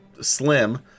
Slim